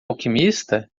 alquimista